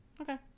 okay